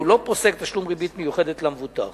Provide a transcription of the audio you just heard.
והוא לא פוסק תשלום ריבית מיוחדת למבוטח.